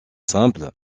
simple